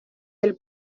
del